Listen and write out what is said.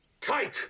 take